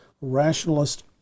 rationalist